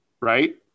right